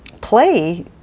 play